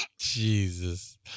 Jesus